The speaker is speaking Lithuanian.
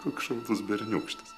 koks šaunus berniūkštis